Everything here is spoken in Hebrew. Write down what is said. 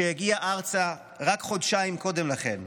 שהגיע ארצה רק חודשיים קודם לכן,